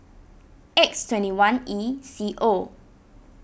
X twenty one E C O